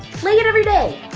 play it everyday.